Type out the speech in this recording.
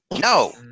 No